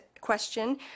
question